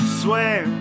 swear